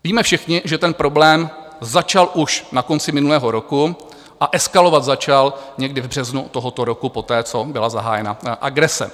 Víme všichni, že ten problém začal už na konci minulého roku a eskalovat začal někdy v březnu tohoto roku poté, co byla zahájena agrese.